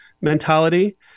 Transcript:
mentality